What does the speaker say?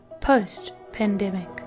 post-pandemic